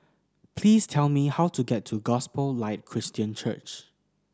please tell me how to get to Gospel Light Christian Church